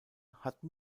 hatten